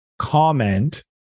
comment